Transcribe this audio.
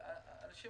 אדם רוצה